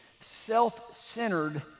self-centered